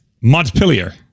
Montpellier